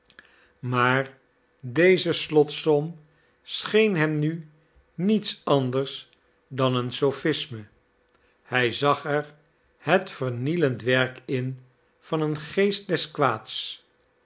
maar deze slotsom scheen hem nu niets anders dan een sophisme hij zag er het vernielend werk in van een geest des kwaads